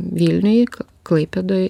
vilniuj klaipėdoj